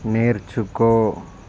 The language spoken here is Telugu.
నేర్చుకో